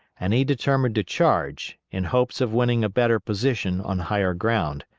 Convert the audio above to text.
and he determined to charge, in hopes of winning a better position on higher ground.